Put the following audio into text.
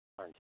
हाँ जी